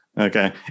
Okay